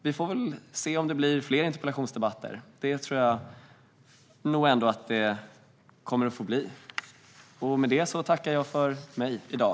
Vi får väl se om det blir fler interpellationsdebatter. Det tror jag nog ändå att det kommer att få bli. Med detta tackar jag för mig i dag.